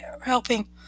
helping